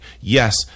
Yes